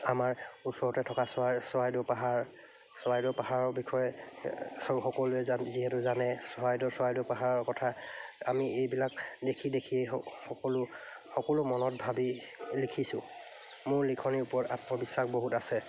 আমাৰ ওচৰতে থকা চৰাই চৰাইদেউ পাহাৰ চৰাইদেউ পাহাৰৰ বিষয়ে চ সকলোৱে যিহেতু জানে চৰাইদেউ চৰাইদেউ পাহাৰৰ কথা আমি এইবিলাক দেখি দেখি স সকলো সকলো মনত ভাবি লিখিছোঁ মোৰ লিখনিৰ ওপৰত আত্মবিশ্বাস বহুত আছে